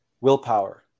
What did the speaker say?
willpower